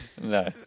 No